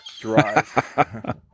drive